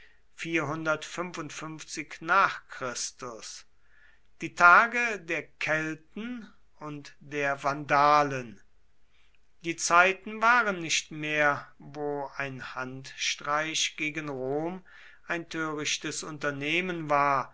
chr die tage der kelten und der vandalen die zeiten waren nicht mehr wo ein handstreich gegen rom ein törichtes unternehmen war